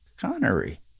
Connery